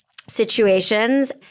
situations